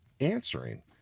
answering